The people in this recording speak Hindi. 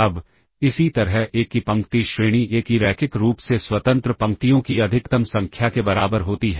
अब इसी तरह ए की पंक्ति श्रेणी ए की रैखिक रूप से स्वतंत्र पंक्तियों की अधिकतम संख्या के बराबर होती है